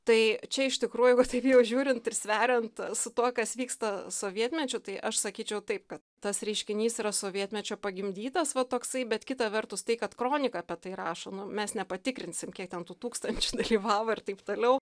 tai čia iš tikrųjų taip jau žiūrint ir sveriant su tuo kas vyksta sovietmečiu tai aš sakyčiau taip kad tas reiškinys yra sovietmečio pagimdytas va toksai bet kita vertus tai kad kronika apie tai rašo nu mes nepatikrinsim kiek ten tų tūkstančių dalyvavo ir taip toliau